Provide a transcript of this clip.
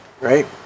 Right